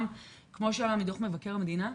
גם כמו שעלה מדוח מבקר המדינה,